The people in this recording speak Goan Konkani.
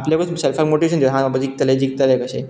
आपल्याकूच सेल्फाक मोटिवेशन दि हांव बाबा जिकतले जिकतले कशें